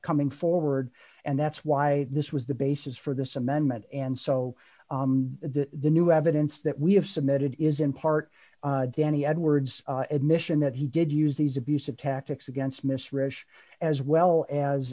coming forward and that's why this was the basis for this amendment and so the new evidence that we have submitted is in part danny edwards admission that he did use these abusive tactics against misreads as well as